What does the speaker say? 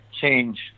change